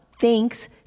thanks